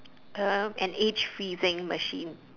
uh an age freezing machine